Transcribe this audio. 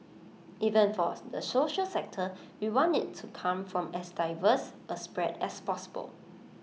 even for the social sector we want IT to come from as diverse A spread as possible